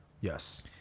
Yes